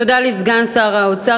תודה לסגן שר האוצר.